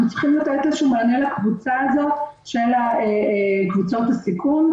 אנחנו צריכים לתת איזשהו מענה לקבוצה הזו של קבוצות הסיכון,